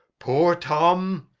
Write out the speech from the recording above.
poor tom!